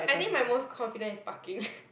I think my most confident is parking